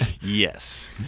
Yes